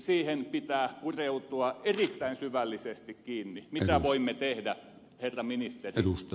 siihen pitää pureutua erittäin syvällisesti kiinni mitä voimme tehdä herra ministeri